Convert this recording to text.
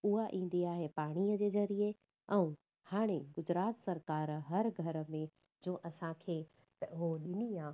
उहा ईंदी आहे पाणीअ जे ज़रिये ऐं हाणे गुजरात सरकारु हर घर में जो असांखे उहा ॾिनी आहे